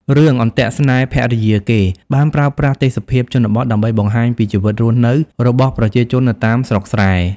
រឿង អន្ទាក់ស្នេហ៍ភរិយាគេ បានប្រើប្រាស់ទេសភាពជនបទដើម្បីបង្ហាញពីជីវិតរស់នៅរបស់ប្រជាជននៅតាមស្រុកស្រែ។